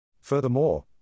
Furthermore